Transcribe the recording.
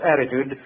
attitude